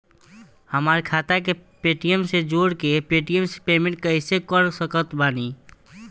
हमार खाता के पेटीएम से जोड़ के पेटीएम से पेमेंट कइसे कर सकत बानी?